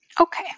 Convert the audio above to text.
Okay